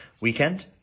weekend